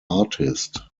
artist